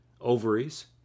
ovaries